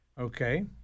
Okay